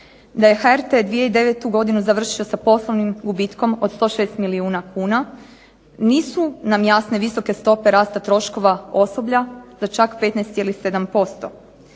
da je HRT 2009. godinu završio sa poslovnim gubitkom od 106 milijuna kuna nisu nam jasne visoke stope rasta troškova osoblja za čak 15,7%.